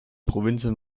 provinzen